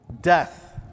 death